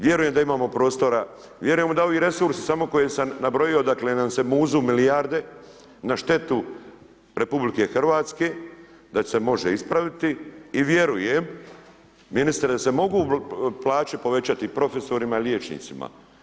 Vjerujem da imamo prostora, vjerujemo da ovi resursi, samo koje sam nabrojio, odakle nam se muzu milijarde na štetu RH da će se može ispavati i vjerujem ministre da se mogu plaće povećati i profesorima i liječnicima.